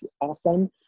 awesome